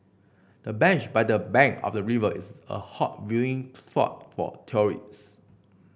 the bench by the bank of the river is a hot viewing spot for tourists